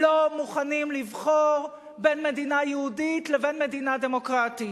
לא מוכנים לבחור בין מדינה יהודית לבין מדינה דמוקרטית.